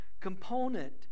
component